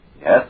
Yes